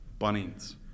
Bunnings